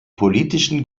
politischen